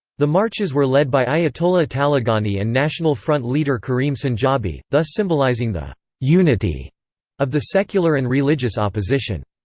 the marches were led by ayatollah taleghani and national front leader karim sanjabi, thus symbolizing the unity of the secular and religious opposition.